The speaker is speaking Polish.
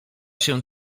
się